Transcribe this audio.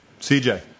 cj